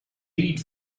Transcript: lead